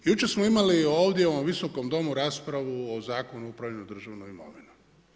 Jučer smo imali ovdje u ovom Visokom domu raspravu o Zakonu o upravljanju državnom imovinom.